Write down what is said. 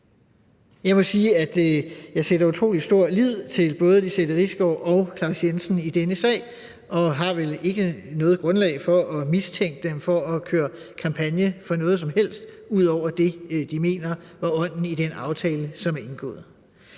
jeg sætter utrolig stor lid til både Lizette Risgaard og Claus Jensen i denne sag og har vel ikke noget grundlag for at mistænke dem for at køre kampagne for noget som helst ud over det, de mener var ånden i den aftale, som er indgået.